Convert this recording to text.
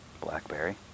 blackberry